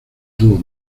dúo